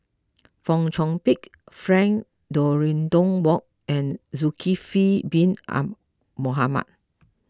Fong Chong Pik Frank Dorrington Ward and Zulkifli Bin Mohamed